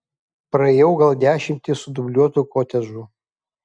praėjau gal dešimtį sudubliuotų kotedžų